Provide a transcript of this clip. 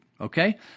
Okay